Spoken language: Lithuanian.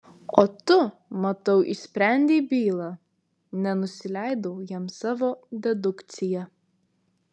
o tu matau išsprendei bylą nenusileidau jam savo dedukcija